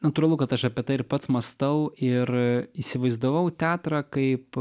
natūralu kad aš apie tai ir pats mąstau ir įsivaizdavau teatrą kaip